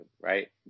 right